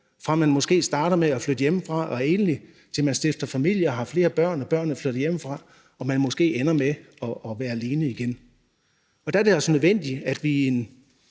fra man måske starter med at flytte hjemmefra og er enlig, til man stifter familie og har flere børn, som senere flytter hjemmefra, og man måske ender med at være alene igen. Der er det altså nødvendigt, at vi i en